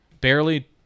barely